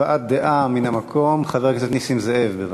הבעת דעה מן המקום, חבר הכנסת נסים זאב, בבקשה.